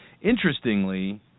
Interestingly